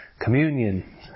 communion